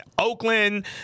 Oakland